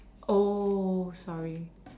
oh sorry